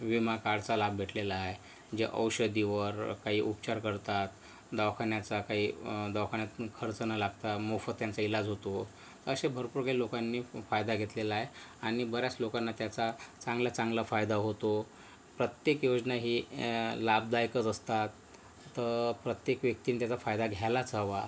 विमाकार्डचा लाभ भेटलेला आहे जे औषधीवर काही उपचार करतात दवाखान्याचा काही दवाखान्यात खर्च न लागता मोफत त्यांचा इलाज होतो असे भरपूर काही लोकांनी फायदा घेतलेला आहे आणि बऱ्याच लोकांना त्याचा चांगला चांगला फायदा होतो प्रत्येक योजना ही लाभदायकच असतात तर प्रत्येक व्यक्तीने त्याचा फायदा घ्यायलाच हवा